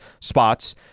spots